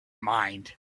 mind